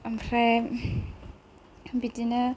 ओमफ्राय बिदिनो